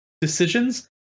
decisions